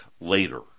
later